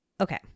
Okay